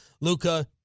Luca